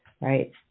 right